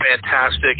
fantastic